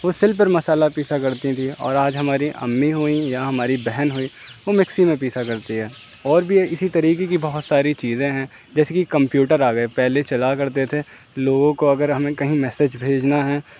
وہ سل پر مسالہ پیسا کرتی تھیں اور ہم آج ہماری امی ہوئیں یا ہماری بہن ہوئیں وہ مکسی میں پیسا کرتی ہے اور بھی اسی طریقے کی بہت ساری چیزیں ہیں جیسے کہ کمپیوٹر آ گیا پہلے چلا کرتے تھے لوگوں کو اگر ہمیں کہیں میسیج بھیجنا ہے